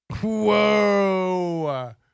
Whoa